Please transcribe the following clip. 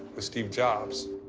was steve jobs.